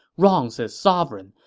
wrongs his sovereign,